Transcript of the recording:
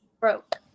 Broke